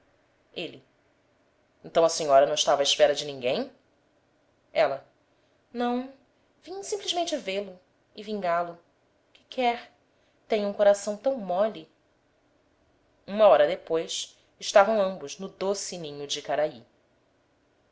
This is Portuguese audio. ele então a senhora não estava à espera de ninguém ela não vim simplesmente vê-lo e vingá-lo que quer tenho um coração tão mole uma hora depois estavam ambos no doce ninho de icaraí